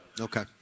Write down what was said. okay